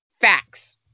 Facts